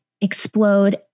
explode